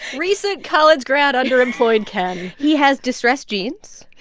recent college grad, underemployed ken he has distressed jeans.